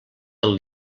del